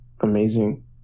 Amazing